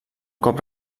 cop